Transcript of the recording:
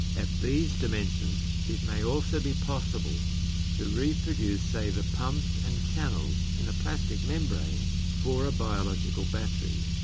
at these dimensions it may also be possible to reproduce, say, the pumps and channels in a plastic membrane for a biological battery.